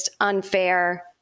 unfair